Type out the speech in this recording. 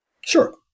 Sure